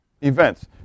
events